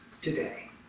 today